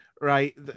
right